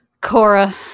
Cora